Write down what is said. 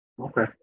Okay